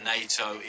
NATO